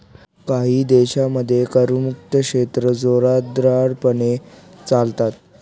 काही देशांमध्ये करमुक्त क्षेत्रे जोरदारपणे चालतात